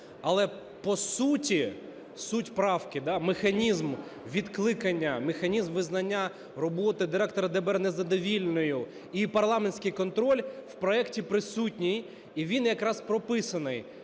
Але по суті, суть правки, да, механізм відкликання, механізм визнання роботи директора ДБР незадовільною і парламентський контроль в проекті присутній. І він якраз прописаний,